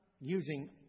using